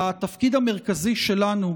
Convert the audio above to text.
התפקיד המרכזי שלנו,